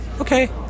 okay